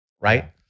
right